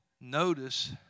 Notice